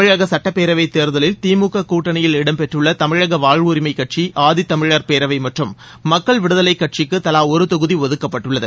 தமிழக சட்டப்பேரவைத் தேர்தலில் தி மு க கூட்டணியில் இடம் பெற்றுள்ள தமிழக வாழ்வுரிமைக் கட்சி ஆதி தமிழர் பேரவை மற்றும் மக்கள் விடுதலைக் கட்சிக்கு தவா ஒரு தொகுதி ஒதுக்கப்பட்டுள்ளது